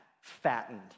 fattened